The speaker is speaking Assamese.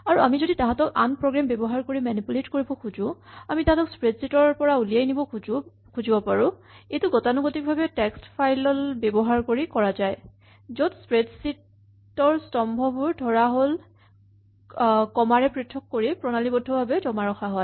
আৰু আমি যদি তাহাঁতক আন প্ৰগ্ৰেম ব্যৱহাৰ কৰি মেনিপুলেট কৰিব খোজো আমি তাহাঁতক স্প্ৰেডছ্যিট ৰ পৰা উলিয়াই নিব খুজিব পাৰো এইটো গতানুগতিকভাৱে টেক্স্ট ফাইল ব্যৱহাৰ কৰি কৰা যায় য'ত স্প্ৰেডছ্যিট ৰ স্তম্ভবোৰ ধৰাহ'ল কমা ৰে পৃথক কৰি প্ৰণালীবদ্ধভাৱে জমা ৰখা হয়